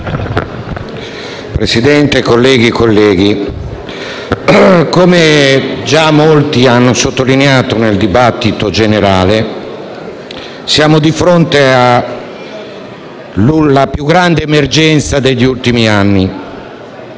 Presidente, colleghe e colleghi, come già molti hanno sottolineato nel corso della discussione generale, siamo di fronte alla più grande emergenza degli ultimi anni: